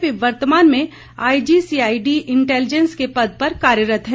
वे वर्तमान में IG CID intelligence के पद पर कार्यरत हैं